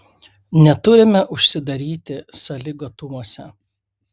neturime užsidaryti sąlygotumuose